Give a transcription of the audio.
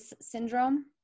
syndrome